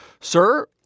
Sir